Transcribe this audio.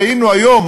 והיינו היום,